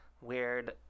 weird